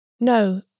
No